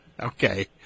Okay